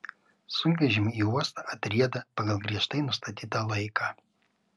sunkvežimiai į uostą atrieda pagal griežtai nustatytą laiką